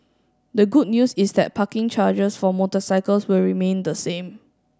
the good news is that parking charges for motorcycles will remain the same